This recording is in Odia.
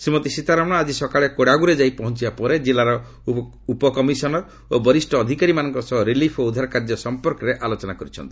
ଶ୍ରୀମତୀ ସୀତାରମଣ ଆଜି ସକାଳେ କୋଡାଗୁରେ ଯାଇ ପହଞ୍ଚବା ପରେ ଜିଲ୍ଲାର ଉପକମିଶନର ଓ ବରିଷ୍ଣ ଅଧିକାରୀମାନଙ୍କ ସହ ରିଲିଫ ଓ ଉଦ୍ଧାରକାର୍ଯ୍ୟ ସମ୍ପର୍କରେ ଆଲୋଚନା କରିଛନ୍ତି